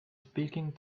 speaking